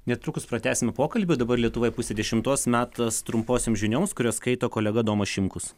netrukus pratęsim pokalbį dabar lietuvoj pusę dešimtos metas trumposioms žinioms kurias skaito kolega adomas šimkus